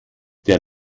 der